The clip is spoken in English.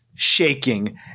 shaking